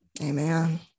Amen